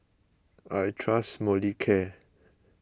I trust Molicare